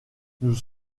nous